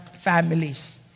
families